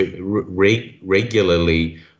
regularly